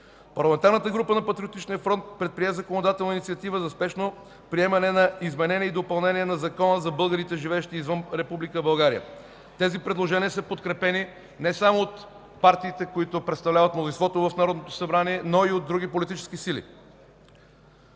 Парламентарната група на Патриотичния фронт предприе законодателна инициатива за спешно приемане на изменение и допълнение на Закона за българите, живеещи извън Република България. Тези предложения са подкрепени не само от партиите, които представляват мнозинството в Народното събрание, но и от други политически сили.